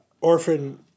Orphan